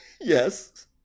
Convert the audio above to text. Yes